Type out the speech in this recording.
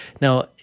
Now